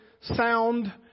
sound